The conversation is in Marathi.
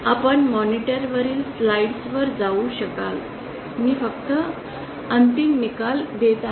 आपण मॉनिटर वरील स्लाइड्स वर जाऊ शकल्यास मी फक्त अंतिम निकाल देत आहे